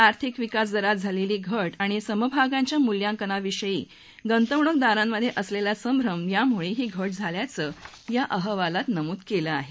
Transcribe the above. आर्थिक विकास दरात झालेली घट आणि आणि समभागांच्या मूल्यांकनाविषयी गुंतवणूकदारांमध्ये असलेला संभ्रम यामुळे ही घट झाल्याचं या अहवालात नमूद केलं आहे